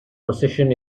possession